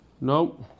Nope